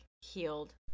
healed